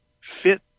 fit